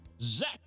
Zach